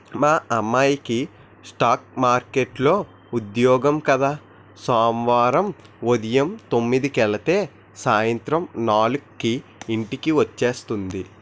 మా అమ్మాయికి స్ఠాక్ మార్కెట్లో ఉద్యోగం కద సోమవారం ఉదయం తొమ్మిదికెలితే సాయంత్రం నాలుక్కి ఇంటికి వచ్చేస్తుంది